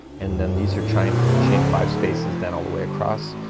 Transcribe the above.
and then these are chain chain five spaces then all the way across.